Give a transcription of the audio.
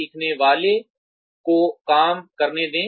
सीखने वाले को काम करने दें